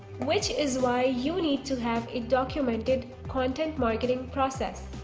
which is why you need to have a documented content marketing process?